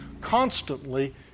constantly